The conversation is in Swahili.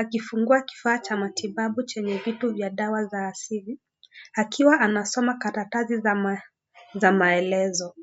akifungua kifaa cha matibabu chenye vitu vya dawa za asili akiwa anasoma karatasi za maelezo.